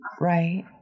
Right